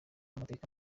amateka